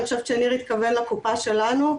אני חושבת שניר התכוון לקופה שלנו,